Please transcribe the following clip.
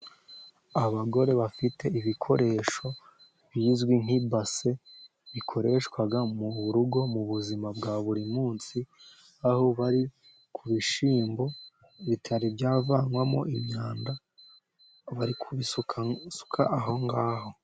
Abagore bafite ibikoresho bizwi nk'ibase, bikoreshwa mu rugo mu buzima bwa buri munsi, aho bari ku bishyimbo bitari byavanwamo imyanda bari kubisuka suka aho ngaho.